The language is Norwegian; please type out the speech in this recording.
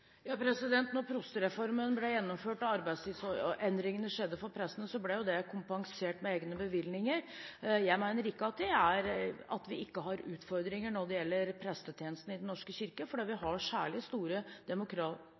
ble gjennomført og arbeidstidsendringene skjedde for prestene, ble det kompensert med egne bevilgninger. Jeg mener ikke at vi ikke har utfordringer når det gjelder prestetjenesten i Den norske kirke, for vi har særlig store